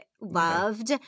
loved